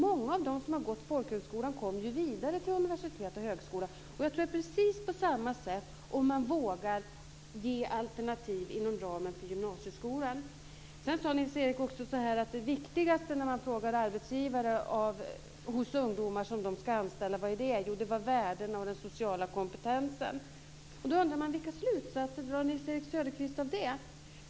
Många av dem som har gått i folkhögskola går ju vidare till universitet och högskolor. Jag tror att det skulle vara precis på samma sätt om man vågade erbjuda alternativ inom ramen för gymnasieskolan. Sedan sade Nils-Erik Söderqvist att när man frågar arbetsgivare vad som är viktigast hos de ungdomar som de ska anställa får man till svar: värdena och den sociala kompetensen. Då undrar jag: Vilka slutsatser drar Nils-Erik Söderqvist av det?